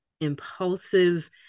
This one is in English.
impulsive